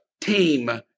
Team